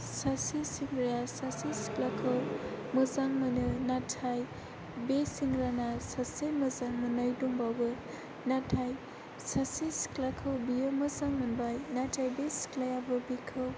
सासे सेंग्राया सासे सिख्लाखौ मोजां मोनो नाथाय बे सेंग्राना सासे मोजां मोननाय दंबावो नाथाय सासे सिख्लाखौ बियो मोजां मोनबाय नाथाय बे सिख्लायाबो बिखौ